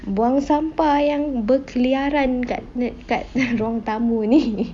buang sampah yang berkeliaran kat kat ruang tamu ni